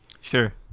sure